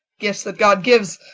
gifts that god gives.